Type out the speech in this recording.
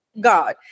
God